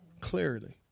clearly